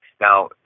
Now